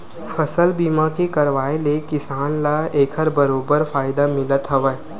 फसल बीमा के करवाय ले किसान ल एखर बरोबर फायदा मिलथ हावय